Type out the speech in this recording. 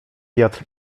wiatr